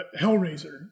Hellraiser